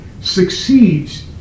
succeeds